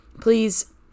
Please